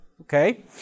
Okay